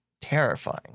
terrifying